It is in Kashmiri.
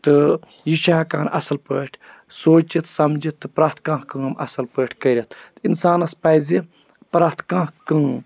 تہٕ یہِ چھُ ہیٚکان اصٕل پٲٹھۍ سوٗنٛچِتھ سَمجھِتھ تہٕ پرٛیٚتھ کانٛہہ کٲم اصٕل پٲٹھۍ کٔرِتھ تہٕ اِنسانَس پَزِ پرٛیٚتھ کانٛہہ کٲم